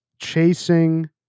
chasing